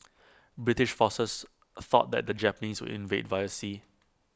British forces thought that the Japanese would invade via sea